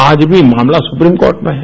आज भी मामला सुप्रीम कोर्ट में है